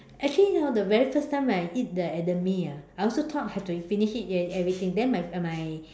actually hor the very first time when I eat the edamame ah I also thought have to finish it everything then my uh my